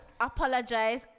apologize